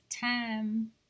time